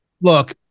Look